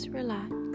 relax